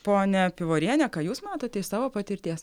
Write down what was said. ponia pivoriene ką jūs matote iš savo patirties